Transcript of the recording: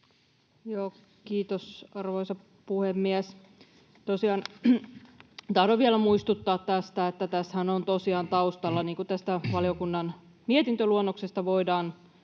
Kiitos, arvoisa puhemies! Tosiaan tahdon vielä muistuttaa tästä, että tässähän on tosiaan taustalla se — niin kuin tästä valiokunnan mietintöluonnoksesta voidaan